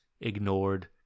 ignored